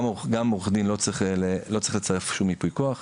גם עורך דין לא צריך לצרף שום ייפוי כוח.